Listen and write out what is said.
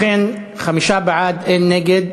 ובכן, חמישה בעד, אין נגד.